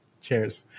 Cheers